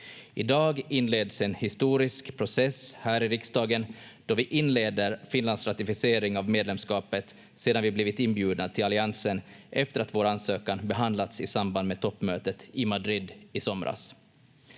I dag inleds en historisk process här i riksdagen då vi inleder Finlands ratificering av medlemskapet sedan vi blivit inbjudna till alliansen efter att vår ansökan behandlats i samband med toppmötet i Madrid i somras.